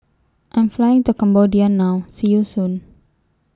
I Am Flying to Cambodia now See YOU Soon